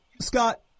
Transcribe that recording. Scott